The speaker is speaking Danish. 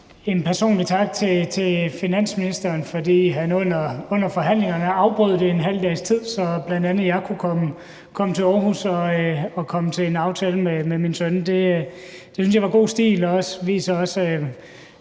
en personlig tak til finansministeren, fordi han afbrød forhandlingerne en halv dags tid, så bl.a. jeg kunne komme til Aarhus til en aftale med min søn. Det synes jeg var god stil, og det viser også,